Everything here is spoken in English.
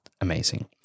amazing